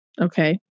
Okay